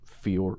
fear